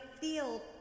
feel